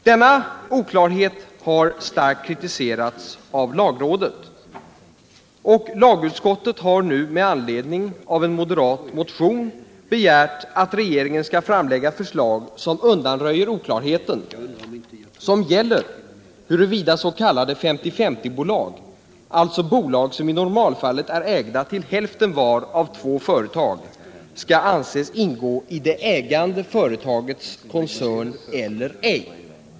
Denna oklarhet har starkt kritiserats av lagrådet, och lagutskottet har nu med anledning av en moderat motion begärt att regeringen skall framlägga ett förslag som undanröjer oklarheten huruvida s.k. 50/50-bolag, alltså bolag som i normalfallet är ägda till hälften var av två företag, skall anses ingå i det ägande företagets koncern eller ej.